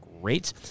great